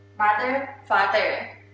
mother father.